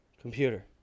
Computer